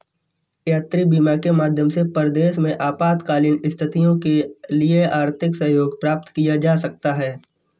यात्री बीमा के माध्यम से परदेस में आपातकालीन स्थितियों के लिए आर्थिक सहयोग प्राप्त किया जा सकता है